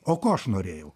o ko aš norėjau